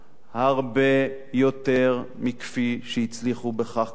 הרבה יותר מכפי שהצליחו בכך קודמותיה